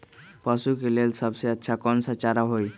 पशु के लेल सबसे अच्छा कौन सा चारा होई?